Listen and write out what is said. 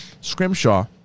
scrimshaw